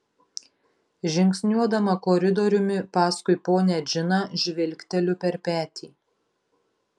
žingsniuodama koridoriumi paskui ponią džiną žvilgteliu per petį